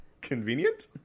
Convenient